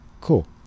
Cool